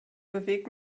bewegt